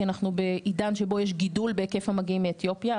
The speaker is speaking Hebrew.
כי אנחנו בעידן שבו יש גידול בהיקף המגיעים מאתיופיה,